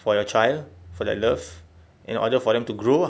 for your child for that love in order for them to grow ah